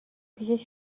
پیش